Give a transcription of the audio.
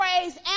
praise